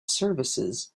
services